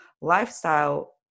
lifestyle